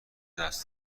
دست